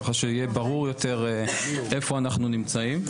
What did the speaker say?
כך שיהיה ברור יותר איפה אנחנו נמצאים.